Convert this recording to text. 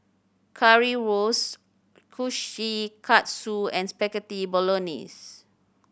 Currywurst Kushikatsu and Spaghetti Bolognese